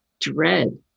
dread